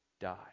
die